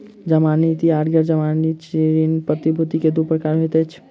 जमानती आर गैर जमानती ऋण प्रतिभूति के दू प्रकार होइत अछि